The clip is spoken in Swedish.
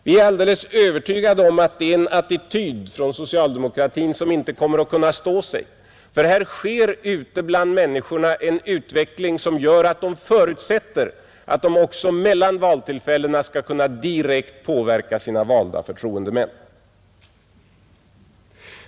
Vi är alldeles övertygade om att det är en attityd från socialdemokratin som inte kommer att kunna stå sig, för här sker ute bland människorna en utveckling. De förutsätter att också mellan valtillfällena kunna direkt påverka sina valda förtroendemän.